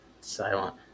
silent